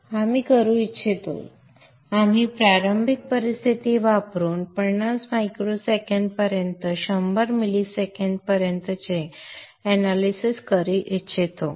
आपण करू इच्छितो क्षमस्व आम्ही प्रारंभिक परिस्थिती वापरून 50 मायक्रोसेकंद पर्यंत 100 मिलीसेकंद पर्यंतचे एनालिसिस करू इच्छितो